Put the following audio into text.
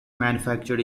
manufactured